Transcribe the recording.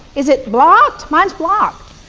is it blocked? mine's blocked.